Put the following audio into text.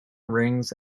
rings